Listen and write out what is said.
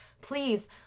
please